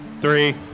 Three